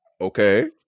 Okay